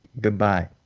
goodbye